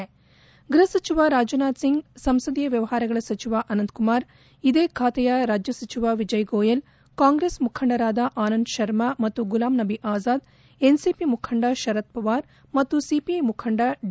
ಪ್ರಧಾನಮಂತ್ರಿ ನರೇಂದ್ರ ಮೋದಿ ಗ್ವಹಸಚಿವ ರಾಜನಾಥ್ ಸಿಂಗ್ ಸಂಸದೀಯ ವ್ವವಹಾರಗಳ ಸಚಿವ ಅನಂತಕುಮಾರ್ ಇದೇ ಖಾತೆಯ ರಾಜ್ಯ ಸಚಿವ ವಿಜಯ್ ಗೋಯಲ್ ಕಾಂಗ್ರೆಸ್ ಮುಖಂಡರಾದ ಆನಂದ್ ಶರ್ಮಾ ಮತ್ತು ಗುಲಾಮ್ ನಬಿ ಆಜಾದ್ ಎನ್ಸಿಪಿ ಮುಖಂಡ ಶರದ್ ಪವಾರ್ ಮತ್ತು ಸಿಪಿಐ ಮುಖಂಡ ಡಿ